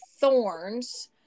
thorns